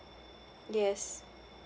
yes